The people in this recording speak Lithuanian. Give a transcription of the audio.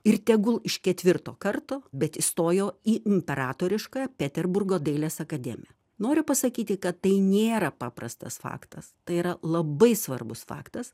ir tegul iš ketvirto karto bet įstojo į imperatoriškąją peterburgo dailės akademiją noriu pasakyti kad tai nėra paprastas faktas tai yra labai svarbus faktas